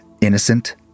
innocent